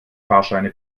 fahrscheine